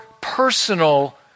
personal